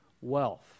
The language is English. wealth